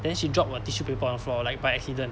then she dropped a tissue paper on the floor like by accident